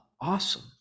awesome